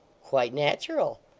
quite natural!